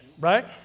right